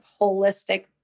holistic